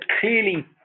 clearly